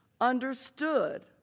understood